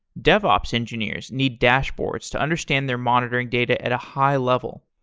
devops engineers need dashboards to understand their monitoring data at a high level.